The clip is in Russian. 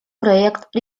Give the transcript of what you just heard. проект